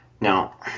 Now